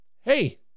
hey